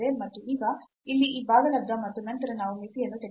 ಮತ್ತು ಈಗ ಇಲ್ಲಿ ಈ ಭಾಗಲಬ್ಧ ಮತ್ತು ನಂತರ ನಾವು ಮಿತಿಯನ್ನು ತೆಗೆದುಕೊಳ್ಳುತ್ತೇವೆ